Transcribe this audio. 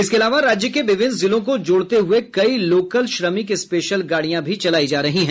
इसके अलावा राज्य के विभिन्न जिलों को जोड़ते हुए कई लोकल श्रमिक स्पेशल गाड़ियां भी चलायी जा रही हैं